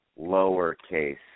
lowercase